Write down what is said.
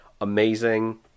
amazing